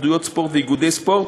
להתאחדויות ספורט ולאיגודי ספורט,